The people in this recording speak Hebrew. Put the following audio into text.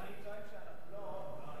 לא,